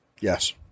Yes